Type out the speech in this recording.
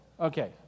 Okay